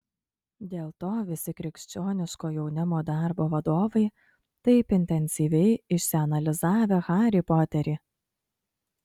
dėl to visi krikščioniško jaunimo darbo vadovai taip intensyviai išsianalizavę harį poterį